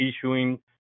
issuing